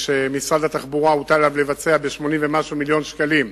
שעל משרד התחבורה לבצע ב-80 ומשהו מיליון שקלים